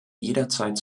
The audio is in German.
jederzeit